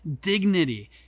dignity